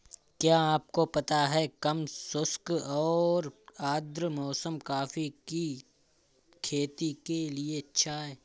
क्या आपको पता है कम शुष्क और आद्र मौसम कॉफ़ी की खेती के लिए अच्छा है?